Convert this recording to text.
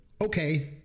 okay